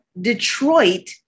Detroit